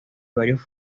varios